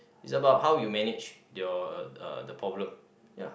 is about how you manage your the problem ya